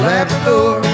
Labrador